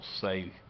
say